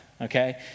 Okay